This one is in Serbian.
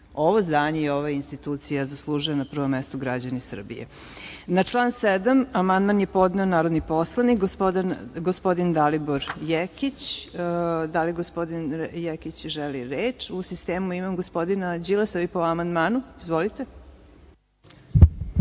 ovo zdanje i ova institucija zaslužuje, na prvom mestu građani Srbije. Na član 7. amandman je podneo narodni poslanik gospodin Dalibor Jekić. Da li gospodin Jekić želi reč? U sistemu imam gospodina Đilasa. Vi po amandmanu? Izvolite.